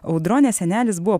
audronės senelis buvo